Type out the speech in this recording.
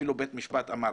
אפילו בית המשפט אמר,